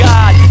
God